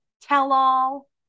tell-all